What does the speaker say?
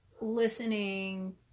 listening